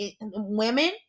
women